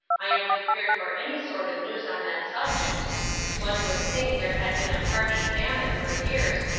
i am prepared for any sort of news on that subject one would think there had been a party famine for years,